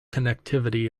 connectivity